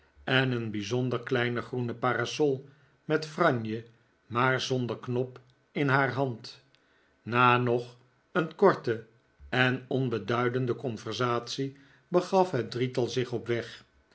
en een bijzonder kleine groene parasol met franje maar zonder knop in haar hand na nog een korte en onbeduidende conversatie begaf het drietal zich op weg